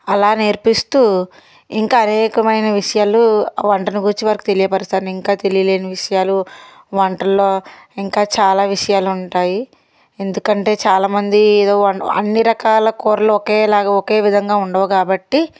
అలా నేర్పిస్తూ ఇంకా అనేకమైన విషయాలు వంటను గురించి వానికి తెలియపరుస్తాను ఇంకా తెలియలేని విషయాలు వంటల్లో ఇంకా చాలా విషయాలు ఉంటాయి ఎందుకంటే చాలామంది ఏదో అన్ని రకాల కూరలు ఒకేలాగా ఒకే విధంగా ఉండవు కాబట్టి